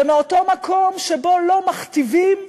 ומאותו מקום שבו לא מכתיבים,